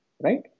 Right